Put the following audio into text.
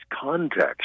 context